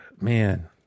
man